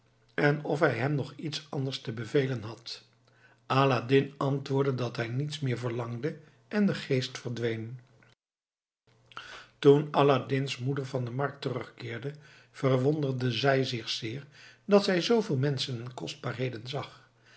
en of hij hem nog iets anders te bevelen had aladdin antwoordde dat hij niets meer verlangde en de geest verdween toen aladdin's moeder van de markt terugkeerde verwonderde zij zich zeer dat zij zooveel menschen en kostbaarheden zag